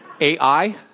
AI